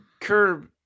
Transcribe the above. Curb